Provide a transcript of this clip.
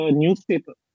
newspaper